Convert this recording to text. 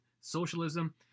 socialism